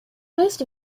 most